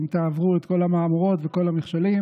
אם תעברו את כל המהמורות וכל המכשולים,